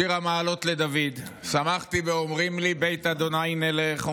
"שיר המעלות לדוד שמחתי באֹמרים לי בית ה' נלך.